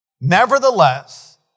Nevertheless